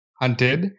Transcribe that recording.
Hunted